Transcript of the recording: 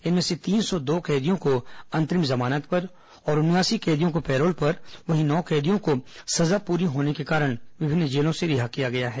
इनमें से तीन सौ दो कैदियों को अंतरिम जमानत पर और उनयासी कैदियों को पैरोल पर वहीं नौ कैदियों को सजा पूरी होने के कारण विभिन्न जेलों से रिहा किया गया है